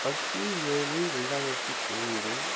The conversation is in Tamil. பத்து ஏழு ரெண்டாயிரத்து பன்னெண்டு